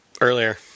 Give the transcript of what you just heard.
earlier